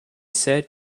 said